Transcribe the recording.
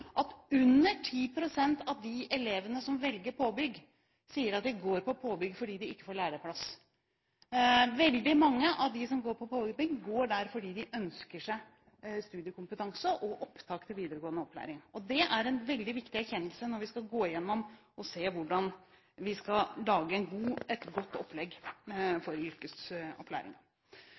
at under 10 pst. av de elevene som velger påbygg, sier at de går på påbygg fordi de ikke får læreplass. Veldig mange av dem som går på påbygg, går der fordi de ønsker seg studiekompetanse og opptak til videregående opplæring, og dette er en veldig viktig erkjennelse når vi skal gå igjennom og se på hvordan vi skal lage et godt opplegg for